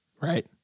right